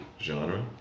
genre